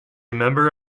member